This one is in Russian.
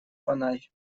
фонарь